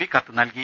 P കത്ത് നൽകി